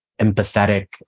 empathetic